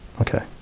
Okay